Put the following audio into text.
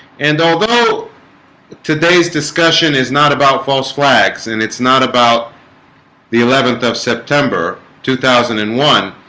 and although today's discussion is not about false flags, and it's not about the eleventh of september two thousand and one